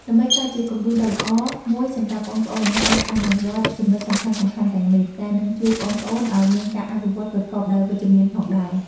ដើម្បីក្លាយជាគំរូដ៏ល្អមួយសម្រាប់ប្អូនៗ អ្នកអាចអនុវត្តចំណុចសំខាន់ៗទាំងនេះ ដែលនឹងជួយប្អូនៗឱ្យមានការអភិវឌ្ឍប្រកបដោយវិជ្ជមានផងដែរ ។